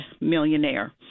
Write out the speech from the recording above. millionaire